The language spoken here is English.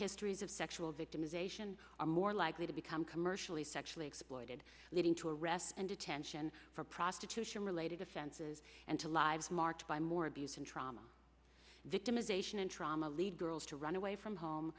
histories of sexual victimization are more likely to become commercially sexually exploited leading to arrest and detention for prostitution related offenses and to lives marked by more abuse and trauma victimization and trauma lead girls to run away from home